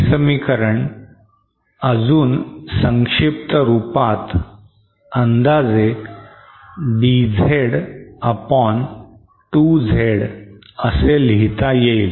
हे समीकरण अजून संक्षिप्त रूपात अंदाजे DZ upon 2Z असे लिहिता येईल